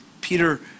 Peter